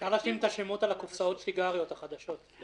אפשר לשים את השמות על קופסאות הסיגריות החדשות ...